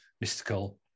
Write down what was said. mystical